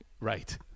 right